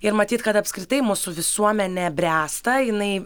ir matyt kad apskritai mūsų visuomenė bręsta jinai